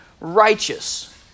righteous